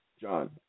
John